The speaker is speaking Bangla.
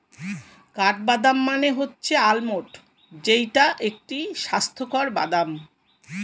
কাঠবাদাম মানে হচ্ছে আলমন্ড যেইটা একটি স্বাস্থ্যকর বাদাম